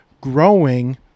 growing